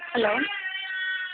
hello